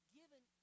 given